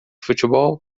futebol